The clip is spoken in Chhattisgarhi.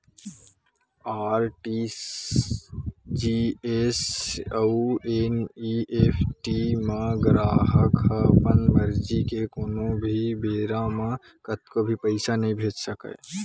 आर.टी.जी.एस अउ एन.इ.एफ.टी म गराहक ह अपन मरजी ले कोनो भी बेरा म कतको भी पइसा नइ भेज सकय